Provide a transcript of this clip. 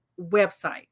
website